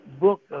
book